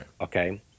okay